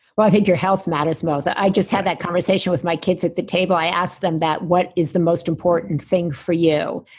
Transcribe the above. well, i think your health matters most. i just had that conversation with my kids at the table. i asked them that, what is the most important thing for you?